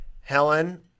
Helen